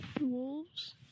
Wolves